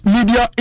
Media